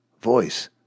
voice